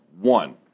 One